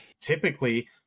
typically